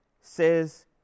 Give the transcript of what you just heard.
says